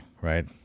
right